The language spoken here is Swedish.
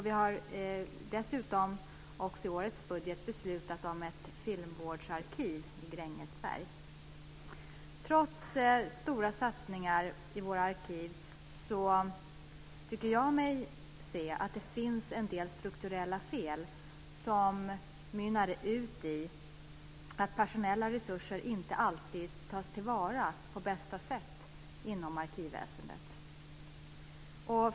Vi har dessutom i årets budget beslutat om ett filmvårdsarkiv i Grängesberg. Stor stora satsningar i våra arkiv tycker jag mig se att det finns en del strukturella fel som mynnar ut i att personella resurser inte alltid tas till vara på bästa sätt inom arkivväsendet.